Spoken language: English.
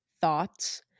thoughts